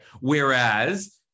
Whereas